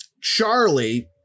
Charlie